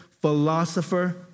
philosopher